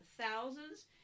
thousands